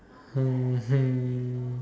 mmhmm